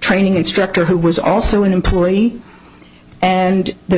training instructor who was also an employee and the